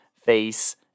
face